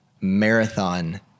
marathon